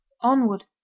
onward